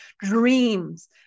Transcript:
dreams